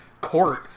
court